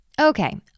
Okay